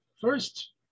first